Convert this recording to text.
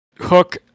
hook